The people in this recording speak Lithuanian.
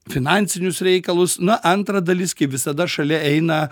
finansinius reikalus na antra dalis kaip visada šalia eina